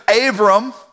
Abram